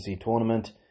tournament